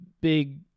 big